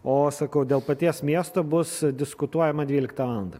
o sakau dėl paties miesto bus diskutuojama dvyliktą valandą